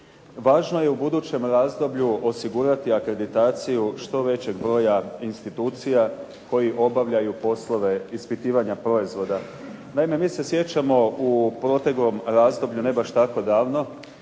Važno je u budućem razdoblju osigurati akreditaciju što većeg broja institucija koji obavljaju poslove ispitivanja proizvoda. Naime, mi se sjećamo u proteklom razdoblju, ne baš tako davno